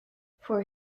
for